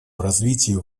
развитию